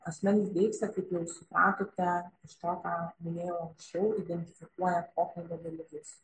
asmens deiksė kaip jau supratote iš to ką minėjau ansčiau identifikuoja pokalbio dalyvius